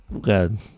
Good